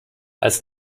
als